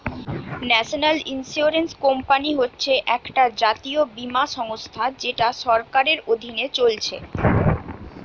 national insurance company হচ্ছে একটা জাতীয় বীমা সংস্থা যেটা সরকারের অধীনে চলছে